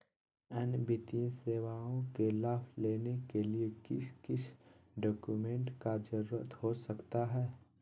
अन्य वित्तीय सेवाओं के लाभ लेने के लिए किस किस डॉक्यूमेंट का जरूरत हो सकता है?